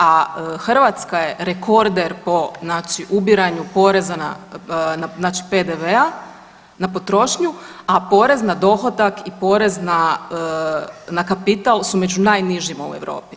A Hrvatska je rekorder po znači ubiranju poreza na, znači PDV-a na potrošnju, a porez na dohodak i porez na, na kapital su među najnižima u Europi.